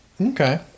Okay